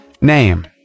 name